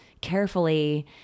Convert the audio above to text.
carefully